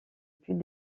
plus